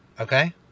Okay